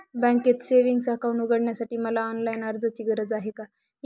बँकेत savings account उघडण्यासाठी मला ऑनलाईन अर्जाची गरज आहे का?